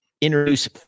introduce